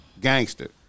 gangster